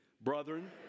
Brethren